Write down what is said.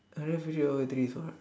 I left only all three ones